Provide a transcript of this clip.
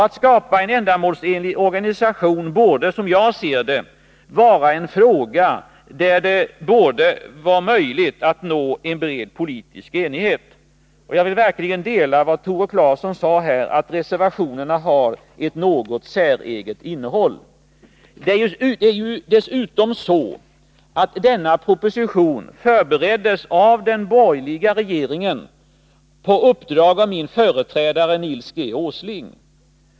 Att skapa en ändamålsenlig organisation borde, som jag ser det, vara en fråga där det är möjligt att nå en bred politisk enighet. Jag delar verkligen Tore Claesons åsikt att reservationerna har ett något säreget innehåll. Dessutom förbereddes denna proposition av den borgerliga regeringen på uppdrag av min företrädare Nils Åsling.